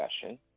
discussion